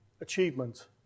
achievement